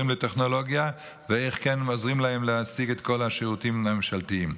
לטכנולוגיה ואיך כן עוזרים להם להשיג את כל השירותים הממשלתיים.